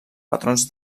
patrons